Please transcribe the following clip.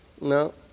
no